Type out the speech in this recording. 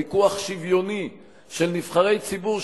ויכוח שוויוני של נבחרי ציבור,